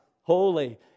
holy